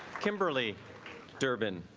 kimberly durbin